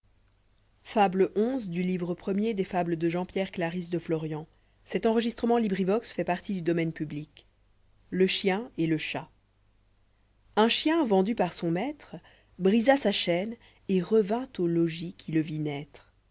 xi le chien et le chat j h chien vendu par son maître brisa sa chaîne et revint au logis qui le vit